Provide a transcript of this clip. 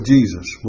Jesus